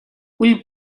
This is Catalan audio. ull